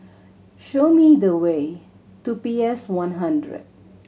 show me the way to P S One hundred